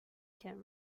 can